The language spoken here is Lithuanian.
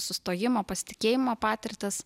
sustojimo pasitikėjimo patirtis